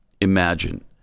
imagine